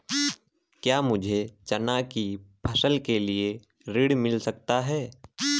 क्या मुझे चना की फसल के लिए ऋण मिल सकता है?